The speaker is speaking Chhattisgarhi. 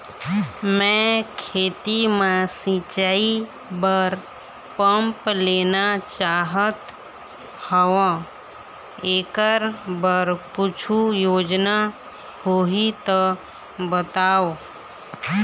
मैं खेती म सिचाई बर पंप लेना चाहत हाव, एकर बर कुछू योजना होही त बताव?